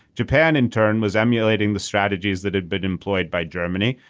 japan in turn was emulating the strategies that had been employed by germany.